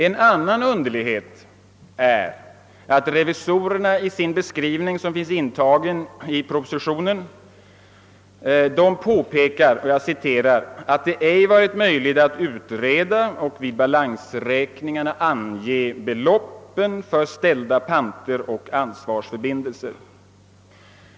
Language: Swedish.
En annan underlighet är att revisorerna i sin skrivning, som finns intagen i propositionen, påpekar att »det ej varit möjligt att utreda och vid balansräkningarna ange beloppen för ställda panter och ansvarsförbindelser».